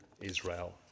Israel